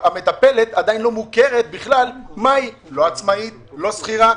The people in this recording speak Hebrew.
המטפלת עדיין לא מוכרת ולא יודעים מה היא לא עצמאית ולא שכירה.